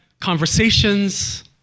conversations